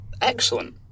excellent